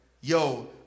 yo